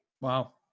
Wow